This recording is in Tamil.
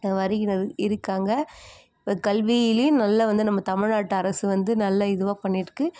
வருகிறவர்கள் இருக்காங்க இப்போ கல்வியிலேயும் நல்ல வந்து நம்ம தமிழ்நாட்டு அரசு வந்து நல்ல இதுவாக பண்ணிகிட்ருக்கு